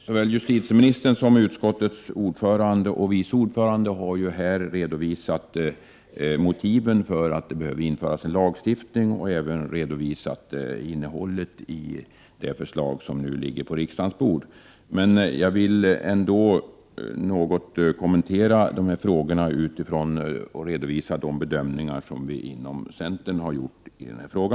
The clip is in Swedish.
Såväl justitieministern som utskottets ordförande och vice ordförande har här redovisat motiven för att det behöver införas en lag och även redogjort för innehållet i det förslag som nu ligger på riksdagens bord. Jag vill ändå något kommentera de här frågorna och redovisa de bedömningar som vi inom centern har gjort.